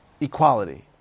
equality